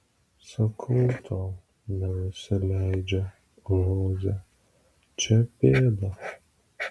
sakau tau nenusileidžia žoze čia pėda